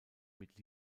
mit